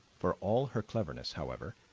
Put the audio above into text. for all her cleverness, however,